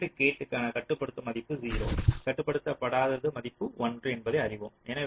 NAND கேட்க்கான கட்டுப்படுத்தும் மதிப்பு 0 கட்டுப்படுத்தப்படாதது மதிப்பு 1 என்பதை அறிவோம்